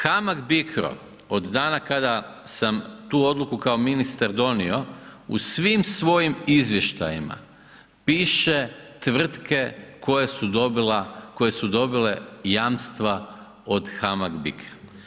HAMAG-BICRO od dana kada sam tu odluku kao ministar donio, u svim svojim izvještajima piše tvrtke koje su dobile jamstva od HAMAG-BICRO.